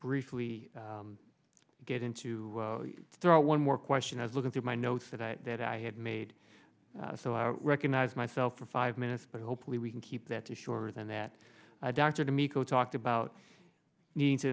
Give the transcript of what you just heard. briefly get in to throw one more question as looking through my notes that i that i had made so i recognize myself for five minutes but hopefully we can keep that to shorter than that dr to mico talked about needing to